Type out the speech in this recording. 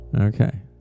Okay